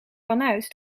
vanuit